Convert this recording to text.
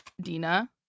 dina